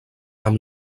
amb